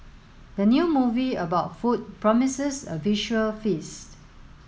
the new movie about food promises a visual feast